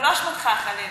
זה לא אשמתך, חלילה.